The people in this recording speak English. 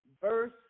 verse